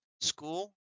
school